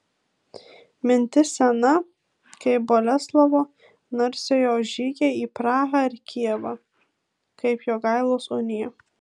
mintis sena kaip boleslovo narsiojo žygiai į prahą ir kijevą kaip jogailos unija